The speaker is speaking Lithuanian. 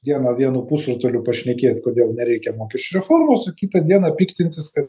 dieną vienu pusrutuliu pašnekėt kodėl nereikia mokesčių reformos o kitą dieną piktintis kad